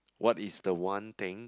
what is the one thing